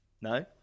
No